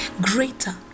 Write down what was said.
greater